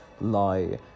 lie